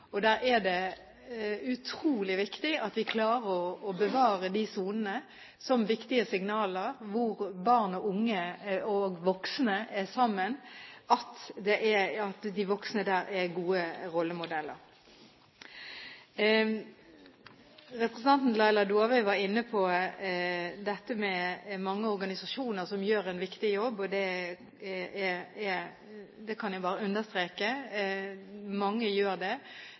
er utrolig viktig at vi klarer å bevare de sonene som viktige signaler, hvor barn, unge og voksne er sammen, og at de voksne der er gode rollemodeller. Representanten Laila Dåvøy var inne på at mange organisasjoner gjør en viktig jobb, og det kan jeg bare understreke. Mange gjør det.